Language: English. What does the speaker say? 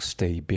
Stay